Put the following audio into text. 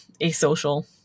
asocial